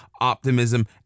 optimism